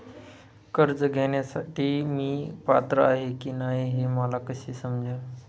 कर्ज घेण्यासाठी मी पात्र आहे की नाही हे मला कसे समजेल?